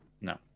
No